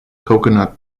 coconut